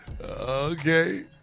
Okay